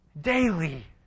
Daily